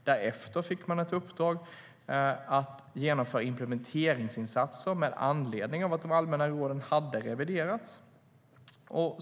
Därefter fick man ett uppdrag att genomföra implementeringsinsatser med anledning av att de allmänna råden hade reviderats.